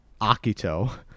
Akito